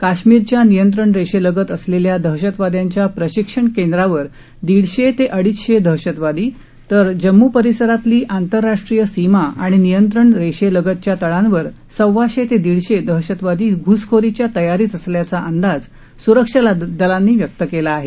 काश्मीरच्या नियंत्रण रेषेलगत असलेल्या दहशतवादयांच्या प्रशिक्षण तळांवर दीडशे ते अडीचशे दहशतवादी तर जम्म् परिसरातली आंतरराष्ट्रीय सीमा आणि नियंत्रण रेषेलगतच्या तळांवर सव्वाशे ते दीडशे दहशतवादी घूसखोरीच्या तयारीत असल्याचा अंदाज सुरक्षा दलांनी व्यक्त केला आहे